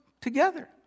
together